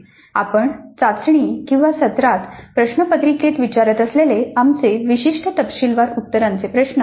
आपण चाचणी किंवा सत्रांत प्रश्नपत्रिकेत विचारत असलेले आमचे विशिष्ट तपशीलवार उत्तरांचे प्रश्न